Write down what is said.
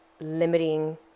limiting